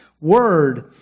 word